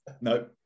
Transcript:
No